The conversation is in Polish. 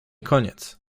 koniec